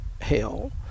hell